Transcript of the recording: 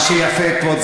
מה שיפה פה,